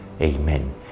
amen